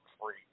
free